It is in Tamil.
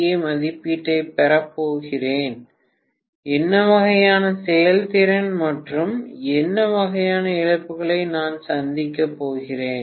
ஏ மதிப்பீட்டைப் பெறப் போகிறேன் என்ன வகையான செயல்திறன் மற்றும் என்ன வகையான இழப்புகளை நான் சந்திக்கப் போகிறேன்